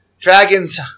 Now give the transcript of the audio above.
dragons